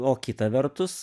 o kita vertus